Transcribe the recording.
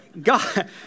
God